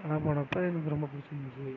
அங்கேல்லாம் போனப்போ எனக்கு ரொம்ப பிடிச்சிருந்துச்சி